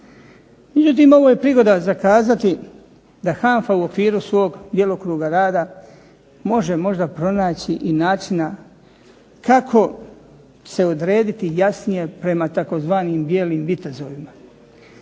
Međutim, ovo je prigoda za kazati da HANFA u okviru svog djelokruga rada može možda pronaći i načina kako se odrediti jasnije prema tzv. bijelim vitezovima.